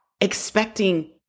expecting